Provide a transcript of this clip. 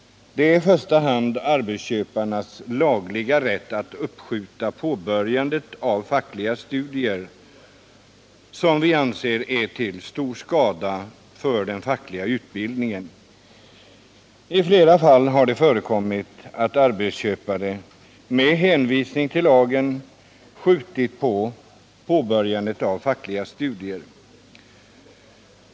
Det är i första hand arbetsköparnas lagliga rätt att uppskjuta påbörjandet av fackliga studier som vi anser är till stor skada för den fackliga utbildningen. I flera fall har det förekommit att arbetsköpare — med hänvisning till lagen — skjutit på påbörjandet av fackliga studier.